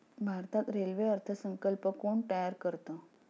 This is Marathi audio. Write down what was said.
भारतात रेल्वे अर्थ संकल्प कोण तयार करतं?